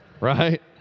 right